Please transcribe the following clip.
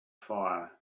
fire